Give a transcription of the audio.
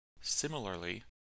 Similarly